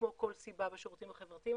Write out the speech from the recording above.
כמו כל סיבה בשירותים החברתיים,